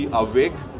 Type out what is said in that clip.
awake